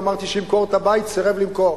אמרתי: שימכור את הבית, סירב למכור.